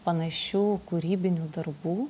panašių kūrybinių darbų